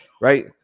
right